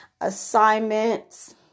assignments